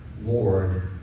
Lord